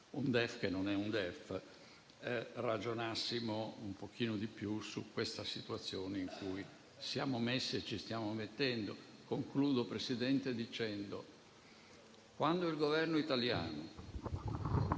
un DEF che non è un DEF, ragionassimo un pochino di più su questa situazione in cui siamo messi e ci stiamo mettendo. Concludo, Presidente, dicendo che quando il Governo italiano,